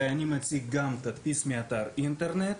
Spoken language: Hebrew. אני מציג גם תדפיס מאתר אינטרנט